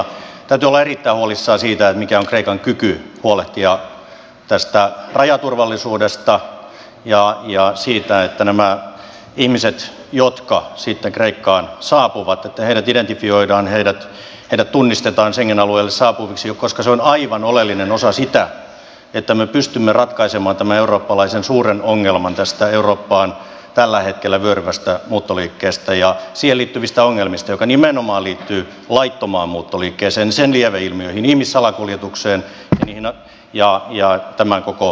täytyy olla erittäin huolissaan siitä mikä on kreikan kyky huolehtia tästä rajaturvallisuudesta ja siitä että nämä ihmiset jotka sitten kreikkaan saapuvat identifioidaan heidät tunnistetaan schengen alueelle saapuviksi koska se on aivan oleellinen osa sitä että me pystymme ratkaisemaan tämän eurooppalaisen suuren ongelman tästä eurooppaan tällä hetkellä vyöryvästä muuttoliikkeestä ja siihen liittyvistä ongelmista jotka nimenomaan liittyvät laittomaan muuttoliikkeeseen ja sen lieveilmiöihin ihmissalakuljetukseen ja tämän koko ongelman ratkaisuun